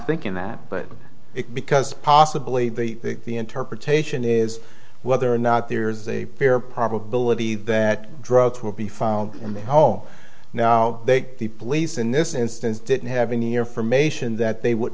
thinking that but it because possibly they think the interpretation is whether or not there's a fair probability that droughts will be found in the home now they the police in this instance didn't have any information that they would